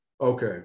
Okay